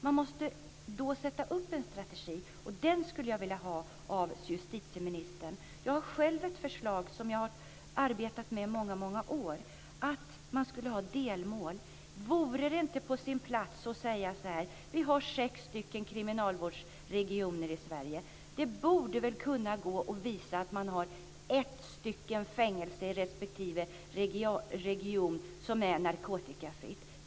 Man måste sätta upp en strategi, och den skulle jag vilja ha av justitieministern. Jag har själv ett förslag som jag har arbetat med i många år om att man ska ha delmål. Vore det inte på sin plats att säga: Vi har sex stycken kriminalvårdsregioner i Sverige. Det borde väl kunna gå att visa att man har ett fängelse i respektive region som är narkotikafritt.